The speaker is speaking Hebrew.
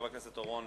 חבר הכנסת אורון,